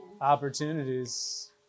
opportunities